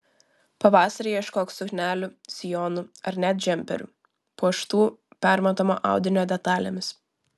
pavasarį ieškok suknelių sijonų ar net džemperių puoštų permatomo audinio detalėmis